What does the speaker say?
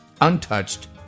untouched